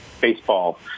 baseball